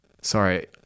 sorry